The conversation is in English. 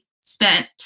spent